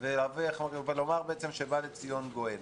ולומר שבא לציון גואל.